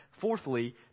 Fourthly